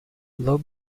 low